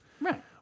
Right